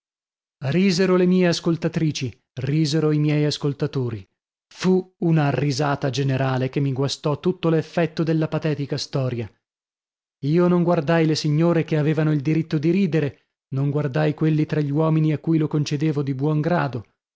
risero le mie ascoltatrici risero i miei ascoltatori fu una risata generale che mi guastò tutto l'effetto della patetica storia io non guardai le signore che avevano il diritto di ridere non guardai quelli tra gli uomini a cui lo concedevo di buon grado